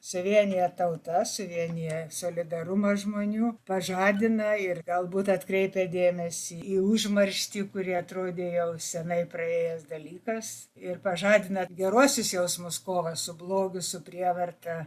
suvienija tautas suvienija solidarumą žmonių pažadina ir galbūt atkreipia dėmesį į užmarštį kuri atrodė jau senai praėjęs dalykas ir pažadina geruosius jausmus kovą su blogiu su prievarta